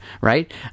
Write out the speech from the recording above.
right